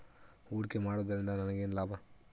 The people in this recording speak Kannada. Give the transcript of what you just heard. ಹೂಡಿಕೆ ಮಾಡುವುದರಿಂದ ನನಗೇನು ಲಾಭ?